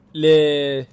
le